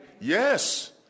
Yes